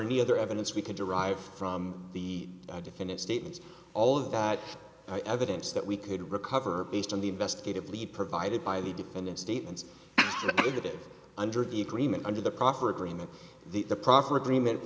any other evidence we could derive from the definitive statements all of that evidence that we could recover based on the investigative lead provided by the defendant's statements under the agreement under the proffer agreement the proffer agreement